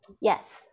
Yes